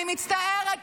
אני מצטערת,